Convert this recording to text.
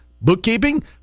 bookkeeping